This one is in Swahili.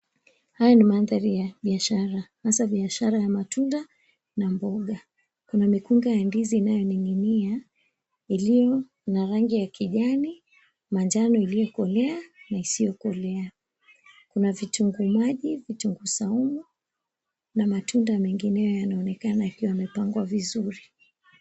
Haya ni mandhari ya biashara, hasa biashara ya matunda na mboga. Kuna mikunga ya ndizi inayoning'inia iliyo na rangi ya kijani, manjano iliyokolea, na isiyokolea. Kuna vitunguu maji, vitunguu saumu na matunda mengineyo yanaonekana yakiwa yamepangwa vizuri.